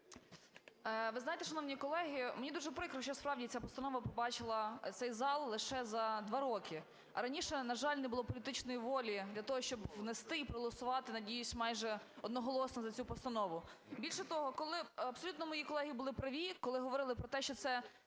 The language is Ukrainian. Ви знаєте, шановні колеги, мені дуже прикро, що справді ця постанова побачила цей зал лише за два роки, а раніше, на жаль, не було політичної волі для того, щоб внести і проголосувати, надіюсь, майже одноголосно за цю постанову. Більше того, абсолютно мої колеги були праві, коли говорили про те, що зараз